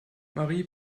marie